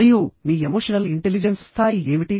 మరియు మీ emotional intelligence స్థాయి ఏమిటి